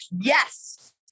Yes